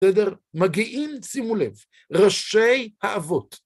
בסדר? מגיעים, שימו לב, ראשי האבות.